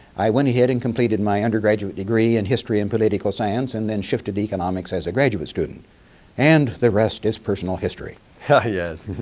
i went ahead and completed my undergraduate degree in history and political science and then shifted to economics as a graduate student and the rest is personal history. ah, yes.